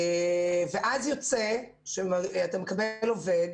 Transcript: אז יוצא שאתה מקבל עובד,